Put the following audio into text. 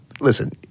listen